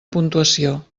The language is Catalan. puntuació